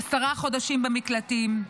עשרה חודשים, במקלטים,